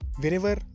whenever